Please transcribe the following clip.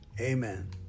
Amen